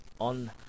on